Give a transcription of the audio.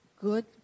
good